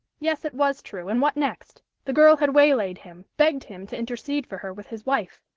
yes, it was true, and what next? the girl had waylaid him, begged him to intercede for her with his wife.